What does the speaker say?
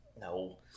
No